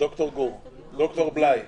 ד"ר בליי.